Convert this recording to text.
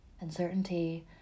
Uncertainty